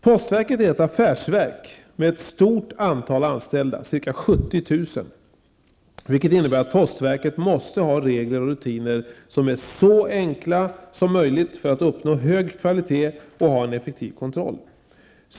Postverket är ett affärsverk med ett stort antal anställda, ca 70 000, vilket innebär att postverket måste ha regler och rutiner som är så enkla som möjligt för att man skall kunna uppnå hög kvalitet och ha en effektiv kontroll.